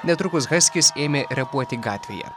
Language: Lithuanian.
netrukus haskis ėmė repuoti gatvėje